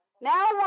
Now